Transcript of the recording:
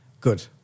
good